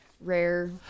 rare